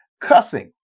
Cussing